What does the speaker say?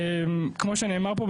כמו שנאמר פה,